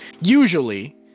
usually